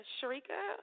Sharika